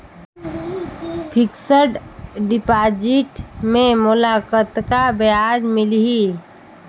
Fixed deposit मे मोला कतका ब्याज मिलही?